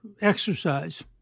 exercise